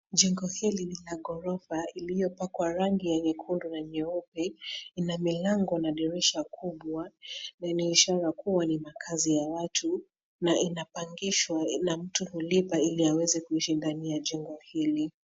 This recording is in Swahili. Jengo hili ni la ghorofa iliyopakwa rangi ya nyekundu na nyeupe. Ina milango na dirisha kubwa , na ina ishara kuwa ni makazi ya watu, na inapangishwa na mtu hulipa ili aweze kuishi ndani ya jengo hili.